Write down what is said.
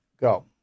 Go